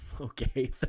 okay